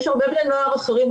יש בני נוער אחרים,